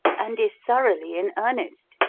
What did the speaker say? and is thoroughly in earnest.